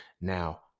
Now